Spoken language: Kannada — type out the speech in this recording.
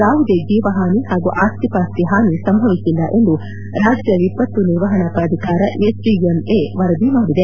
ಯಾವುದೇ ಜೀವಹಾನಿ ಹಾಗೂ ಆಸ್ತಿಪಾಸ್ತಿ ಹಾನಿ ಸಂಭವಿಸಿಲ್ಲ ಎಂದು ರಾಜ್ಯ ವಿಪತ್ತು ನಿರ್ವಹಣಾ ಪ್ರಾಧಿಕಾರ ಎಸ್ಡಿಎಂಎ ವರದಿ ಮಾಡಿದೆ